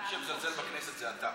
מי שמזלזל בכנסת זה אתה.